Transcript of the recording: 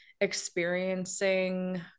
experiencing